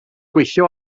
gweithio